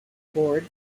board